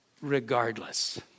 regardless